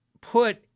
put